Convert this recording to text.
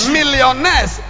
Millionaires